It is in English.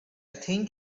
think